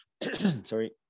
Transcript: sorry